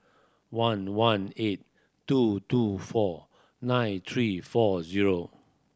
one one eight two two four nine three four zero